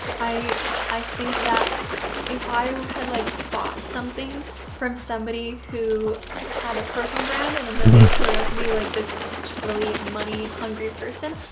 i i think that if i had like bought something from somebody who had a personal brand and then then they turned out to be like this just really money hungry person,